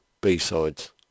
b-sides